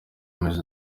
mezi